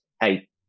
hey